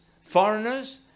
foreigners